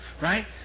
right